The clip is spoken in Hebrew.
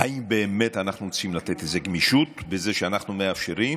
האם אנחנו באמת רוצים לתת איזו גמישות בזה שאנחנו מאפשרים,